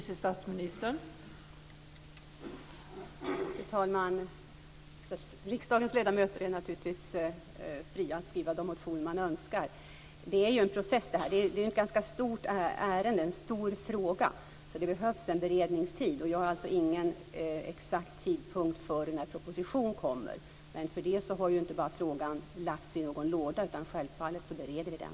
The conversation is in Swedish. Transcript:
Fru talman! Riksdagens ledamöter är naturligtvis fria att skriva de motioner som de önskar. Det här är ju en process. Det är en ganska stor fråga, så det behövs en beredningstid. Jag har ingen exakt tidpunkt för när proposition kommer, men det betyder inte att frågan har lagts i en låda, utan självfallet bereder vi den.